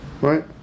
right